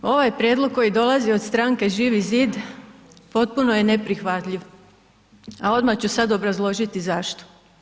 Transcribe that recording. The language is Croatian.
Ovaj prijedlog koji dolazi od stranke Živi zid, potpuno je neprihvatljiv, a odmah ću sada obrazložiti zašto.